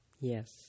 yes